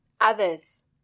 others